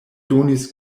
donis